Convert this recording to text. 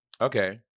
Okay